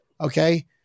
Okay